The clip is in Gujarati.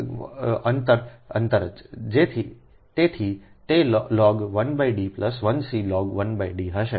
તેથી તે log 1 D I C log 1 D હશે